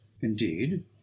indeed